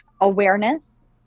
awareness